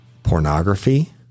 Pornography